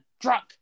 drunk